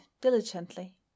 diligently